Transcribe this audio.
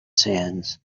sands